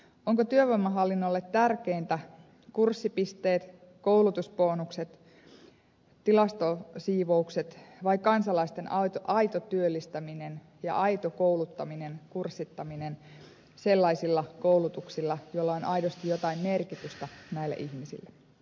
onko työvoimahallinnolle tärkeintä kurssipisteet koulutusbonukset ja tilastosiivoukset vai kansalaisten aito työllistäminen ja aito kouluttaminen kurssittaminen sellaisilla koulutuksilla joilla on aidosti jotain merkitystä näille ihmisille